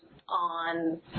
on